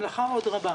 המלאכה עוד רבה.